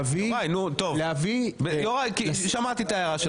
יוראי, שמעתי את ההערה שלך.